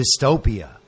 dystopia